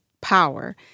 power